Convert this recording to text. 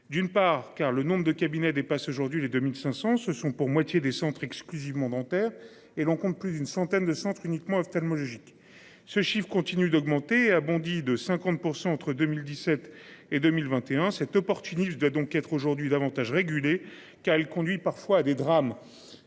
d'une part, car le nombre de cabinets dépasse aujourd'hui les 2500 se sont pour moitié des centres exclusivement dentaire et l'on compte plus d'une centaine de centres uniquement ophtalmologique ce chiffre continue d'augmenter, a bondi de 50% entre 2017 et 2021. Cet opportuniste doit donc être aujourd'hui davantage réguler car elle conduit parfois à des drames.